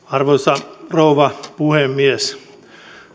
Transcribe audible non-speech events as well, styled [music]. [unintelligible] arvoisa rouva puhemies